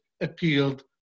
appealed